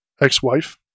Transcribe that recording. ex-wife